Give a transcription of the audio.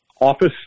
office